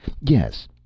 Yes